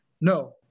No